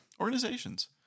Organizations